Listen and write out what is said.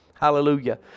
Hallelujah